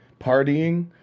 partying